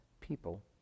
people